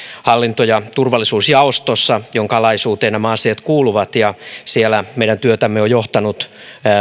hallinto ja turvallisuusjaostossa jonka alaisuuteen nämä asiat kuuluvat ja siellä meidän työtämme on johtanut